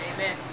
Amen